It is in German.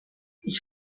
ich